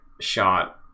shot